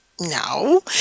no